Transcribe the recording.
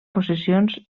possessions